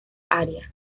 área